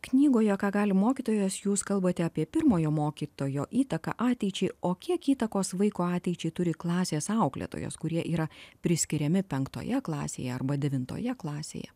knygoje ką gali mokytojas jūs kalbate apie pirmojo mokytojo įtaką ateičiai o kiek įtakos vaiko ateičiai turi klasės auklėtojas kurie yra priskiriami penktoje klasėje arba devintoje klasėje